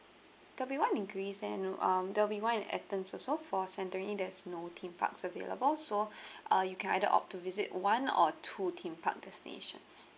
there'll be one in greece and um there'll be one in athens also for santorini there's no theme parks available so uh you can either opt to visit one or two theme park destinations